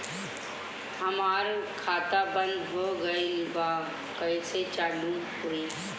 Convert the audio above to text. हमार खाता बंद हो गइल बा कइसे चालू होई?